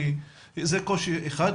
זה קושי אחד.